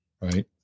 Right